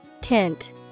Tint